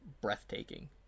breathtaking